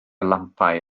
lampau